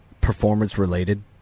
performance-related